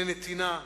לנתינה.